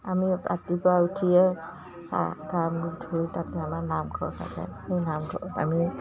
আমি ৰাতিপুৱা উঠিয়ে চাহ গা মূৰ ধুই তাতে আমাৰ নামঘৰত থাকে সেই নামঘৰত আমি